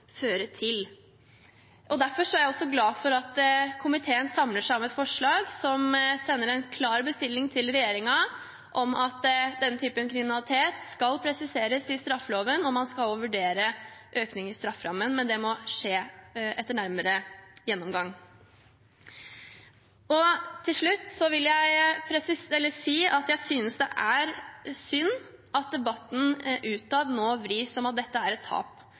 Derfor er jeg også glad for at komiteen samler seg om et forslag som sender en klar bestilling til regjeringen om at denne typen kriminalitet skal presiseres i straffeloven, og man skal også vurdere økning i strafferammen, men det må skje etter nærmere gjennomgang. Til slutt vil jeg si at jeg synes det er synd at debatten utad nå vris mot at dette er et tap.